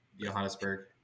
johannesburg